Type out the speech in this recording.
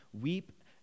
weep